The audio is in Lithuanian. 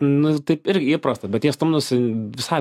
nu taip irgi įprasta bet jie stumdosi visai